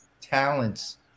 talents